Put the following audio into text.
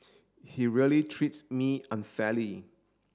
he really treats me unfairly